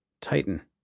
Titan